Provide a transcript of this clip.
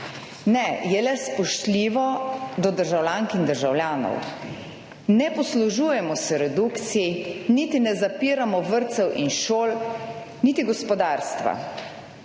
Ne, je le spoštljivo do državljank in državljanov. Ne poslužujemo se redukcij, niti ne zapiramo vrtcev in šol, niti gospodarstva.